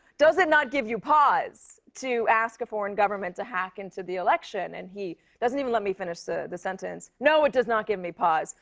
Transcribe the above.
does it not give you pause to ask a foreign government to hack into the election? and he doesn't even let me finish ah the sentence. no, it does not give me pause.